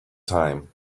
time